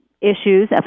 issues